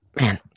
man